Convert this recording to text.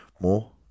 more